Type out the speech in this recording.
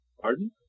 Pardon